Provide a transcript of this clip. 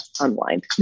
unwind